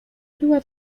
była